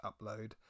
upload